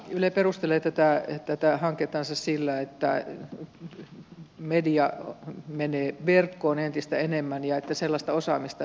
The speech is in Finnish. yle perustelee tätä hankettansa sillä että media menee verkkoon entistä enemmän ja sellaista osaamista ei yleisradiossa olisi